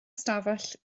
ystafell